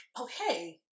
okay